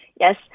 yes